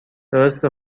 درسته